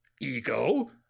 Ego